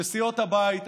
שסיעות הבית,